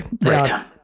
right